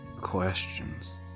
questions